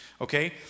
Okay